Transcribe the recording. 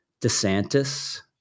DeSantis